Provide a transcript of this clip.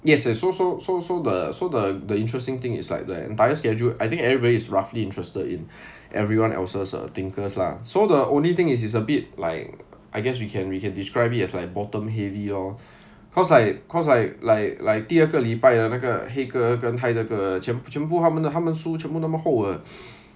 yes so so so so the so the the interesting thing is like the entire schedule I think everybody is roughly interested in everyone else's thinkers lah so the only thing is is a bit like I guess we can we can describe it as like bottom heavy lor cause like cause like like 第二个礼拜的那个黑格跟海德格尔全部全部他们的他们书全部那么厚的